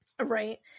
right